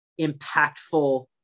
impactful